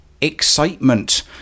excitement